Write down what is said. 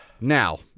Now